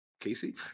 Casey